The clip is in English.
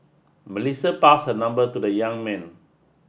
Melissa passed her number to the young man